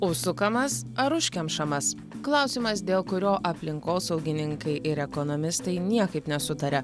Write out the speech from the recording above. užsukamas ar užkemšamas klausimas dėl kurio aplinkosaugininkai ir ekonomistai niekaip nesutaria